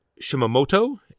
Shimamoto